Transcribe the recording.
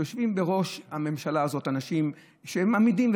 יושבים בראש הממשלה הזאת אנשים שהם אמידים,